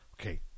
Okay